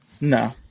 No